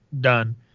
done